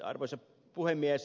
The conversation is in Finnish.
arvoisa puhemies